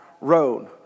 road